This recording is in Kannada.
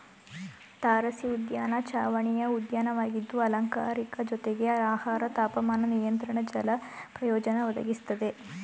ತಾರಸಿಉದ್ಯಾನ ಚಾವಣಿಯ ಉದ್ಯಾನವಾಗಿದ್ದು ಅಲಂಕಾರಿಕ ಜೊತೆಗೆ ಆಹಾರ ತಾಪಮಾನ ನಿಯಂತ್ರಣ ಜಲ ಪ್ರಯೋಜನ ಒದಗಿಸ್ತದೆ